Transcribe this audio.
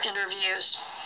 interviews